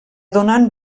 donant